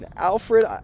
Alfred